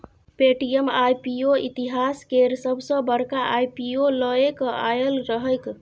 Paytm IPO इतिहास केर सबसॅ बड़का आई.पी.ओ लए केँ आएल रहैक